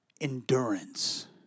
Endurance